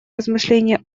размышления